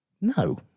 No